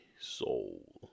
soul